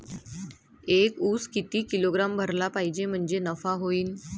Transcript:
एक उस किती किलोग्रॅम भरला पाहिजे म्हणजे नफा होईन?